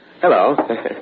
Hello